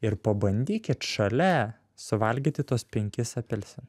ir pabandykit šalia suvalgyti tuos penkis apelsin